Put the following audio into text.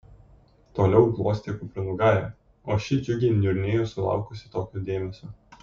toliau glostė kupranugarę o ši džiugiai niurnėjo sulaukusi tokio dėmesio